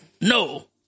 no